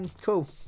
Cool